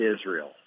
Israel